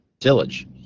tillage